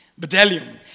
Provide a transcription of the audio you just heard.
Bedellium